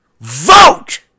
Vote